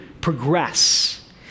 progress